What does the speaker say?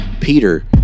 Peter